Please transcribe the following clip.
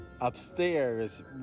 upstairs